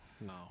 No